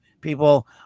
people